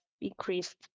increased